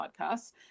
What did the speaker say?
podcasts